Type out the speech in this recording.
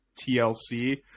tlc